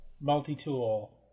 multi-tool